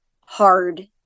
hard